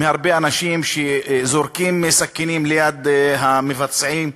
מהרבה אנשים שזורקים סכינים ליד המבצעים,